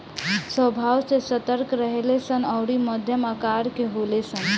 स्वभाव से सतर्क रहेले सन अउरी मध्यम आकर के होले सन